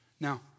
Now